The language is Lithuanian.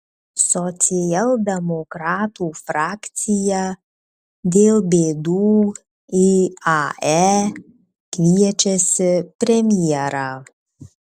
socialdemokratų frakcija dėl bėdų iae kviečiasi premjerą